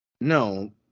No